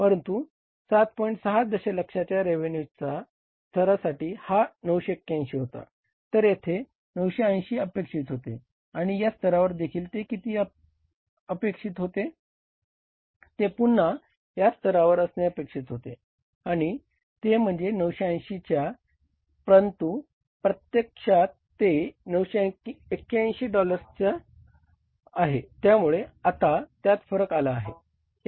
हे पुन्हा त्याच स्तरावर असणे अपेक्षित होते आणि ते म्हणजे 980 च्या परंतु प्रत्यक्षात ते 981 हजार डॉलर्स आहे त्यामुळे आता त्यात फरक आला आहे